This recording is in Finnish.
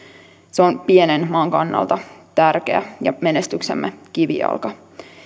se on pienen maan kannalta tärkeää ja menestyksemme kivijalka